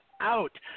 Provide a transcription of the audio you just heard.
out